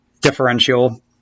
differential